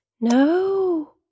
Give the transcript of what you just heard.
no